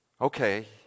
Okay